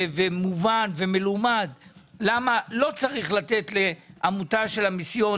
מובן ומלומד למה לא צריך לתת לעמותה של המיסיון